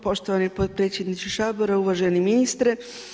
Poštovani potpredsjedniče Sabora, uvaženi ministre.